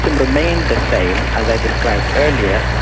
and remained the same, as i described earlier,